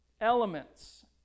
elements